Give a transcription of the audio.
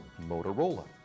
Motorola